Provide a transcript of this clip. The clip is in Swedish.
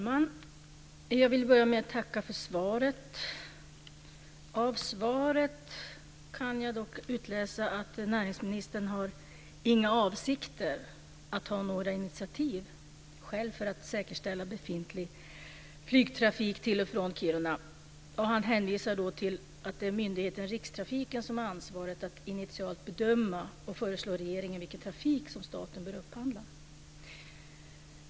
Fru talman! Jag vill börja med att tacka för svaret. Av svaret kan jag dock utläsa att näringsministern inte har några avsikter att själv ta några initiativ för att säkerställa befintlig flygtrafik till och från Kiruna. Han hänvisar till att det är myndigheten Rikstrafiken som har ansvaret att initialt bedöma och föreslå regeringen vilken trafik som staten bör upphandla.